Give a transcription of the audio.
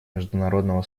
международного